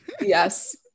yes